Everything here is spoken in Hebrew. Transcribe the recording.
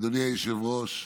אדוני היושב-ראש,